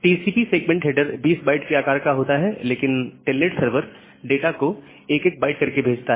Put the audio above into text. TCP segment header 20 byte के आकार का होता है लेकिन टेलनेट सर्वर डाटा को एक एक बाइट करके भेजता है